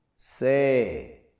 Say